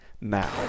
now